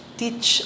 teach